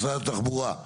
משרד התחבורה,